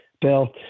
bill